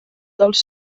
dels